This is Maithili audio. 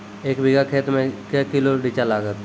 एक बीघा खेत मे के किलो रिचा लागत?